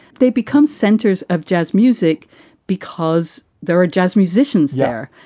they become centers of jazz music because there are jazz musicians there.